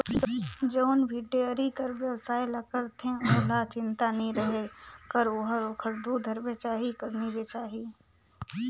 जउन भी डेयरी कर बेवसाय ल करथे ओहला चिंता नी रहें कर ओखर दूद हर बेचाही कर नी बेचाही